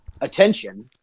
attention